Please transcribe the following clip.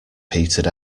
petered